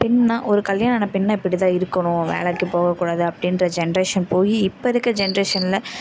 பெண்ணால் ஒரு கல்யாண பெண்ணால் இப்படி தான் இருக்கணும் வேலைக்கு போகக்கூடாது அப்படின்ற ஜென்ரேஷன் போய் இப்போ இருக்கற ஜென்ரேஷனில்